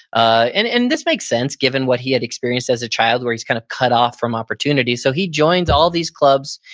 and and this makes sense, given what he had experienced as a child where he's kind of cut off from opportunity, so he joins all these clubs.